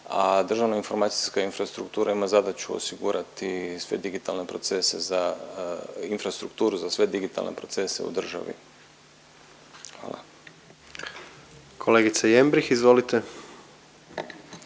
državna informacijska infrastruktura ima zadaću osigurati sve digitalne procese za infrastrukturu za sve digitalne procese u državi, hvala. **Jandroković,